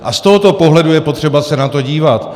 A z tohoto pohledu je potřeba se na to dívat.